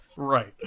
Right